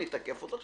אני אתקף אותו,